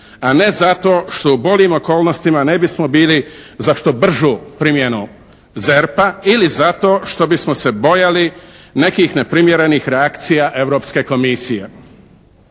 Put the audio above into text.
a ne zato što u boljim okolnostima ne bismo bili za što bržu primjenu ZERP-a ili zato što bismo se bojali nekih neprimjerenih reakcija Europske komisije.